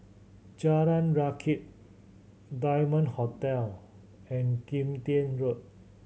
Jalan Rakit Diamond Hotel and Kim Tian Road